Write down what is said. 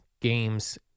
games